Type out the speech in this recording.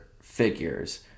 figures